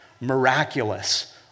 miraculous